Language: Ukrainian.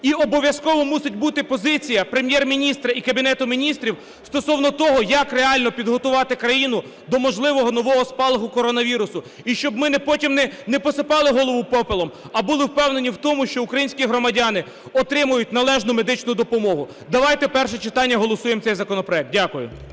І обов'язково мусить бути позиція Прем'єр-міністра і Кабінету Міністрів стосовно того, як реально підготувати країну до можливого нового спалаху коронавірусу, і щоб ми потім не посипали голову попелом, а були впевнені в тому, що українські громадяни отримають належну медичну допомогу. Давайте в першому читанні голосуємо цей законопроект. Дякую.